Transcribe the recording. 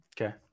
Okay